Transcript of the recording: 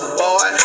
boy